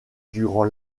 durant